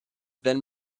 then